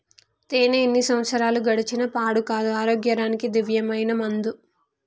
తేనే ఎన్ని సంవత్సరాలు గడిచిన పాడు కాదు, ఆరోగ్యానికి దివ్యమైన మందు